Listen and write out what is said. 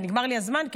נגמר לי הזמן?